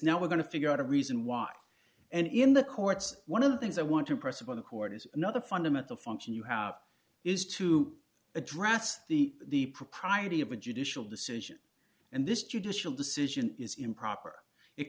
now we're going to figure out a reason why and in the courts one of the things i want to impress upon the court is another fundamental function you have is to address the propriety of a judicial decision and this judicial decision is improper it